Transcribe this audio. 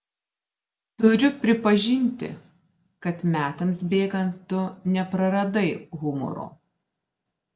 turiu pripažinti kad metams bėgant tu nepraradai humoro